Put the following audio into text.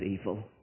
evil